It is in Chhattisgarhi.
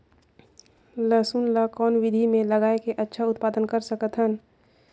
लसुन ल कौन विधि मे लगाय के अच्छा उत्पादन कर सकत हन?